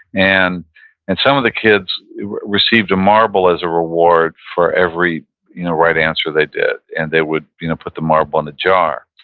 and and some of the kids received a marble as a reward for every you know right answer they did, and they would you know put the marble in the jar.